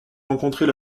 rencontrer